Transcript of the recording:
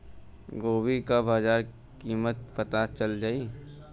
गोभी का बाजार कीमत पता चल जाई?